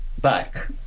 back